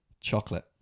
chocolate